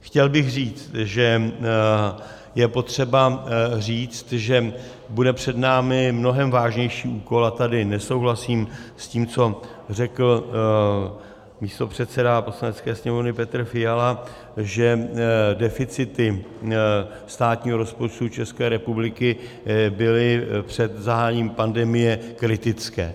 Chtěl bych říct, že je potřeba říct, že bude před námi mnohem vážnější úkol, a tady nesouhlasím s tím, co řekl místopředseda Poslanecké sněmovny Petr Fiala, že deficity státního rozpočtu České republiky byly před zahájením pandemie kritické.